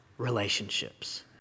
relationships